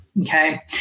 Okay